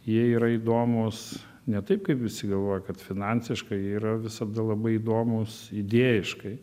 jie yra įdomūs ne taip kaip visi galvoja kad finansiškai yra visada labai įdomūs idėjiškai